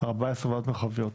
ארבע עשרה ועדות מרחביות,